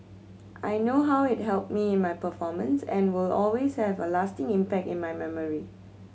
I know how it helped me in my performance and will always have a lasting impact in my memory